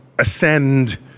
ascend